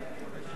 כלום.